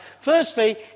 Firstly